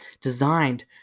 designed